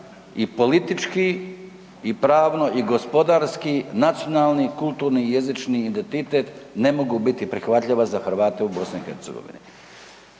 i politički i pravno i gospodarski nacionalni, kulturni i jezični identitet, ne mogu biti prihvatljiva za Hrvate u BiH-u.